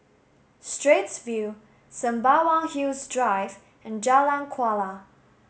Straits View Sembawang Hills Drive and Jalan Kuala